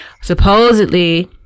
Supposedly